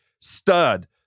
Stud